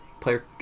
player